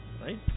right